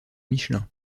michelin